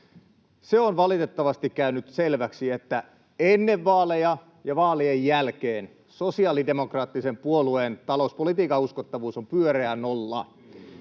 Se on valitettavasti käynyt selväksi, että ennen vaaleja ja vaalien jälkeen sosiaalidemokraattisen puolueen talouspolitiikan uskottavuus on pyöreä nolla.